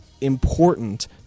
important